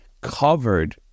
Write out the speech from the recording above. covered